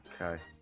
Okay